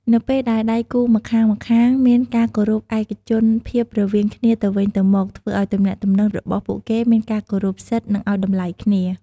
នៅពេលដែលដៃគូរម្ខាងៗមានការគោរពឯកជនភាពរវាងគ្នាទៅវិញទៅមក ធ្វើឱ្យទំនាក់ទំនងរបស់ពួកគេមានការគោរពសិទ្ធ និងឱ្យតម្លៃគ្នា។